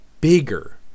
bigger